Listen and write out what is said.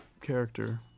character